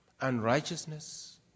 unrighteousness